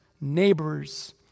neighbors